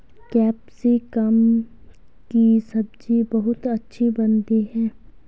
capsicum की सब्जी बहुत अच्छी बनती है